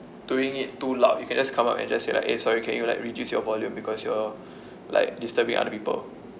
doing it too loud you can just come out and just say like eh sorry can you like reduce your volume because you're like disturbing other people